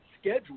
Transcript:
schedule